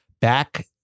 Back